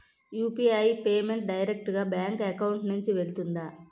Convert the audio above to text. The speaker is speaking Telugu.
యు.పి.ఐ పేమెంట్ డైరెక్ట్ గా బ్యాంక్ అకౌంట్ నుంచి వెళ్తుందా?